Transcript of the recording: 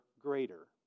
greater